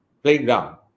playground